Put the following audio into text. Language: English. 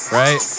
right